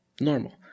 normal